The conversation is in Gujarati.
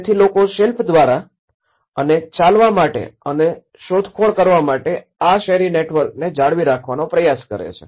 તેથી લોકો શિલ્પ દ્વારા અને ચાલવા માટે અને શોધખોળ કરવા માટે આ શેરી નેટવર્કને જાળવી રાખવાનો પ્રયાસ કરે છે